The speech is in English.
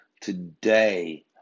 today